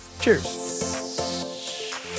Cheers